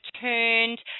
turned